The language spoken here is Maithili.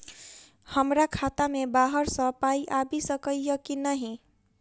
हमरा खाता मे बाहर सऽ पाई आबि सकइय की नहि?